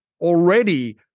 already